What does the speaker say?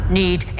need